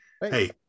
hey